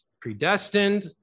predestined